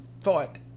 thought